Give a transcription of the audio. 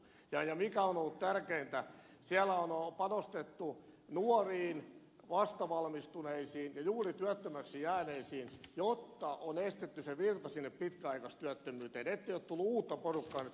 ja mikä on ollut tärkeintä siellä on panostettu nuoriin vastavalmistuneisiin ja juuri työttömäksi jääneisiin jotta on estetty virta pitkäaikaistyöttömyyteen ettei ole nyt tullut uutta porukkaa pitkäaikaistyöttömyyteen